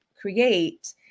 create